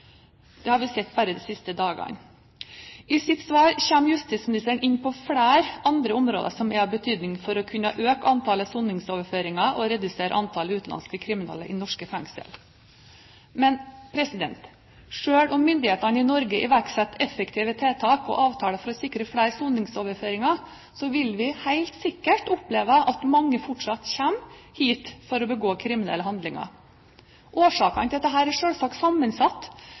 Det har vi sett bare de siste dagene. I sitt svar kommer justisministeren inn på flere andre områder som er av betydning for å kunne øke antallet soningsoverføringer og redusere antallet utenlandske kriminelle i norske fengsler. Selv om myndighetene i Norge iverksetter effektive tiltak og avtaler for å sikre flere soningsoverføringer, vil vi helt sikkert oppleve at mange fortsatt kommer hit for å begå kriminelle handlinger. Årsakene til dette er selvsagt sammensatte, men vi vet at mange er